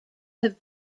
have